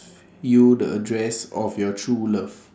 you the address of your true love